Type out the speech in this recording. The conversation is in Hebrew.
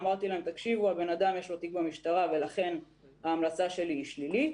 אמרתי להם שלאדם יש תיק במשטרה ולכן ההמלצה שלי היא שלילית,